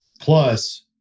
plus